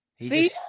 See